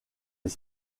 les